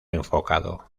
enfocado